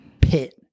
pit